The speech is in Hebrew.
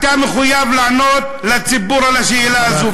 אתה מחויב לענות לציבור על השאלה הזו,